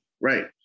right